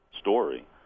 story